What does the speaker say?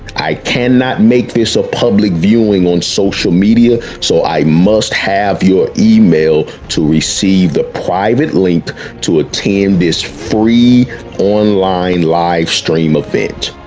i cannot make this a public viewing on social media, so i must have your email to receive the private link to ah attend this free online live stream event.